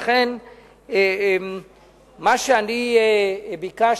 לכן מה שביקשתי,